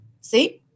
See